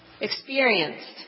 experienced